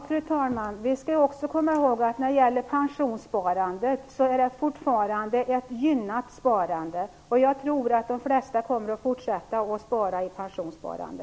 Fru talman! Vi skall också komma ihåg att pensionssparandet fortfarande är ett gynnat sparande. Jag tror att de flesta kommer att fortsätta att spara i pensionssparande.